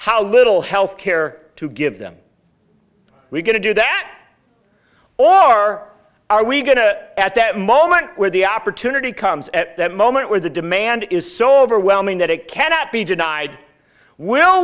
how little health care to give them we're going to do that all are are we going to at that moment where the opportunity comes at that moment where the demand is so overwhelming that it cannot be denied will